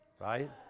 right